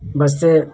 बस से